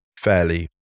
fairly